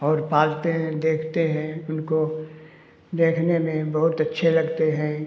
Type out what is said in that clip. और पालते हैं देखते हैं उनको देखने में बहुत अच्छे लगते हैं